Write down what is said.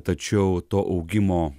tačiau to augimo